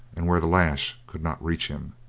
and where the lash could not reach him.